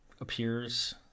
appears